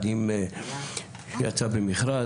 יצא במכרז,